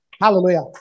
Hallelujah